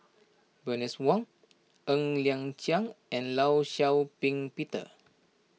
Bernice Wong Ng Liang Chiang and Law Shau Ping Peter